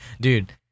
Dude